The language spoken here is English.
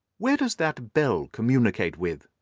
where does that bell communicate with?